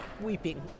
weeping